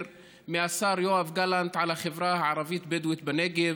מהשר יואב גלנט על החברה הערבית-בדואית בנגב,